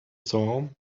saw